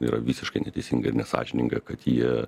yra visiškai neteisinga ir nesąžininga kad jie